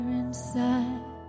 inside